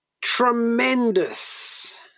tremendous